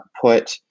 put